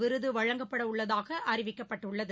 விருது வழங்கப்படவுள்ளதாக அறிவிக்கப்பட்டுள்ளது